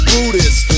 Buddhist